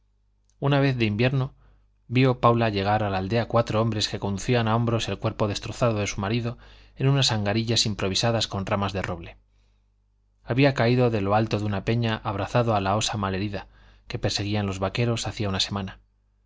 una tarde de invierno vio paula llegar a la aldea cuatro hombres que conducían a hombros el cuerpo destrozado de su marido en unas angarillas improvisadas con ramas de roble había caído de lo alto de una peña abrazado a la osa mal herida que perseguían los vaqueros hacía una semana